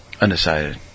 Undecided